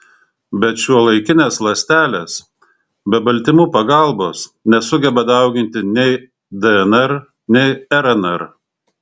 bet šiuolaikinės ląstelės be baltymų pagalbos nesugeba dauginti nei dnr nei rnr